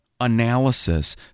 analysis